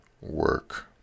work